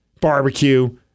barbecue